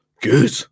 Good